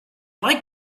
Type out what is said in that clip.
like